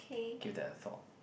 give that a thought